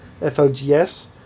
FLGS